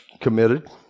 committed